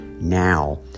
now